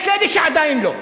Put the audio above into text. יש כאלה שעדיין לא.